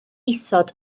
isod